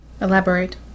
Elaborate